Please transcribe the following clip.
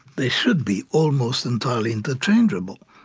they should be almost entirely interchangeable.